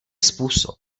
způsob